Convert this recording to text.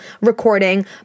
recording